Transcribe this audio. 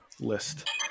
list